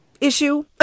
issue